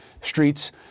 streets